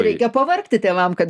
reikia pavargti tėvam kad